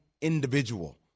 individual